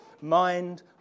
mind